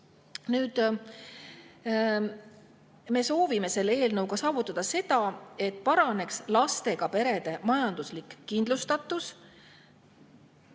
Me soovime selle eelnõuga saavutada seda, et paraneks lastega perede majanduslik kindlustatus.